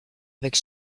avec